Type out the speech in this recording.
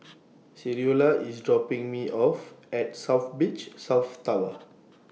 Creola IS dropping Me off At South Beach South Tower